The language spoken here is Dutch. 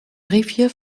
briefje